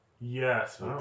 Yes